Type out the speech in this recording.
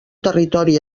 territori